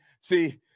see